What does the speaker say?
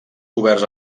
coberts